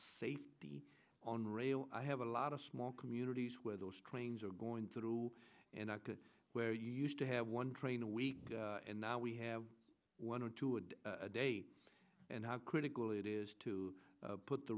safety on rail i have a lot of small communities where those trains are going through and i could where you used to have one train a week and now we have one or two and a date and how critical it is to put the